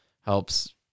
helps